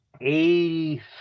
eighty